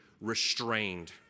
restrained